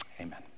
Amen